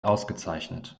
ausgezeichnet